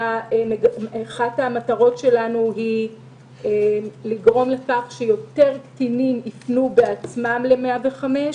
אחת המטרות שלנו היא לגרום לכך שיותר קטינים יפנו בעצמם ל-105.